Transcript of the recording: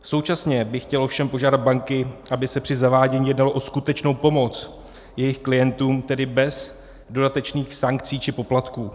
Současně bych chtěl ovšem požádat banky, aby se při zavádění jednalo o skutečnou pomoc jejich klientům, tedy bez dodatečných sankcí či poplatků.